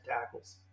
tackles